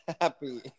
happy